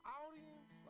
audience